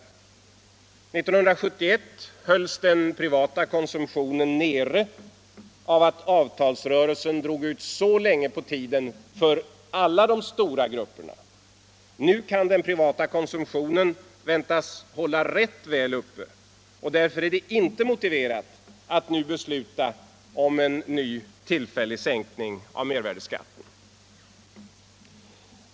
År 1971 hölls den privata konsumtionen nere av att avtalsrörelsen drog ut länge på tiden för alla de stora grupperna. Nu kan den privata konsumtionen väntas hållas rätt väl uppe. Därför är det inte motiverat att nu besluta om en ny tillfällig sänkning av mervärdeskatten.